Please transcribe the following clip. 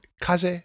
Kaze